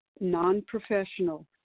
non-professional